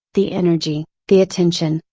the energy, the attention,